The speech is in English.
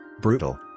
Brutal